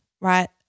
right